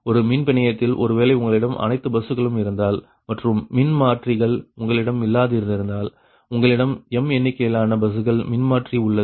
ஒரு மின் பிணையத்தில் ஒருவேளை உங்களிடம் அனைத்து பஸ்களும் இருந்தால் மற்றும் மின்மாற்றிகள் உங்களிடம் இல்லாதிருந்தால் உங்களிடம் mஎண்ணிக்கையிலான பஸ்கள் மின்மாற்றி உள்ளது